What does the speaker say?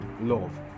love